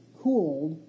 cooled